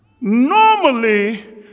normally